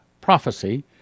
prophecy